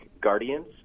Guardians